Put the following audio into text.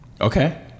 Okay